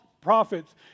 prophets